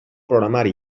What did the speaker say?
programari